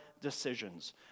decisions